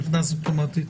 נכנס אוטומטית.